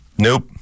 Nope